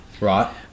Right